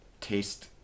taste